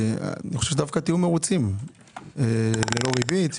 אני חושב שדווקא תהיו מרוצים, ללא ריבית.